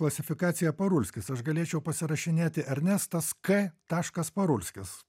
klasifikacija parulskis aš galėčiau pasirašinėti ernestas k taškas parulskis